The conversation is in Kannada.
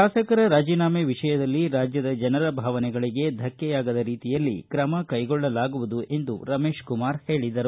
ಶಾಸಕರ ರಾಜಿನಾಮೆ ವಿಷಯದಲ್ಲಿ ರಾಜ್ಯದ ಜನರ ಭಾವನೆಗಳಿಗೆ ಧಕ್ಕೆಯಾಗದ ರೀತಿಯಲ್ಲಿ ಕ್ರಮ ಕೈಗೊಳ್ಳಲಾಗುವುದು ಎಂದು ರಮೇಶಕುಮಾರ ಹೇಳಿದರು